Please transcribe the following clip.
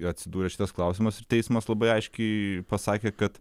atsidūrė šitas klausimas ir teismas labai aiškiai pasakė kad